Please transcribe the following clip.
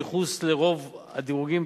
ובייחוס לרוב הדירוגים,